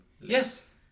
Yes